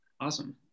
Awesome